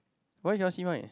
why yours see mine